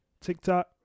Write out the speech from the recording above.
TikTok